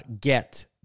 get